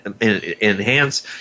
enhance